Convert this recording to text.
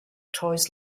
toys